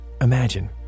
Imagine